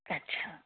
ਅੱਛਾ